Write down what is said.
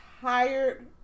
tired